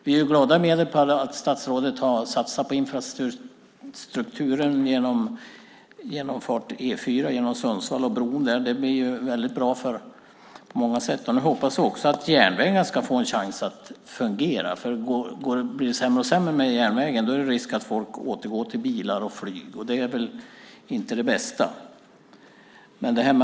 Vi i Medelpad är glada åt att statsrådet har satsat på infrastrukturen när det gäller E 4:an genom Sundsvall och bron där. Det blir väldigt bra på många sätt. Nu hoppas jag också att järnvägen ska få en chans att fungera, för blir det sämre och sämre med järnvägen är det risk att folk återgår till bilar och flyg, och det är väl inte det bästa.